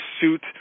suit